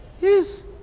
yes